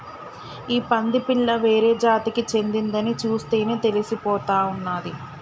ఈ పంది పిల్ల వేరే జాతికి చెందిందని చూస్తేనే తెలిసిపోతా ఉన్నాది